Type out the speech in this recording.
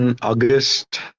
August